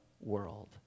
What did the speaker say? world